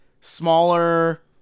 smaller